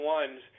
ones